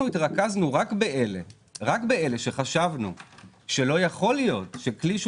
אנחנו התרכזנו רק באלה שחשבנו שלא יכול להיות שכלי שהוא